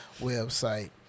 website